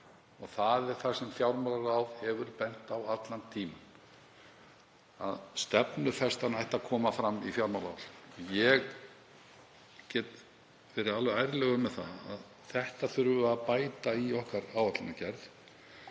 Það er það sem fjármálaráð hefur bent á allan tímann, að stefnufestan ætti að koma fram í fjármálaáætlun. Ég get verið alveg ærlegur með það að þetta þurfum við að bæta í áætlunargerð